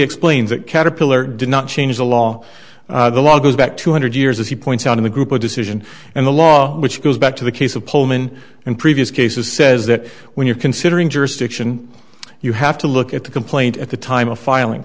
explains that caterpillar did not change the law the law goes back two hundred years as he points out in the group of decision and the law which goes back to the case of pullman and previous cases says that when you're considering jurisdiction you have to look at the complaint at the time of filing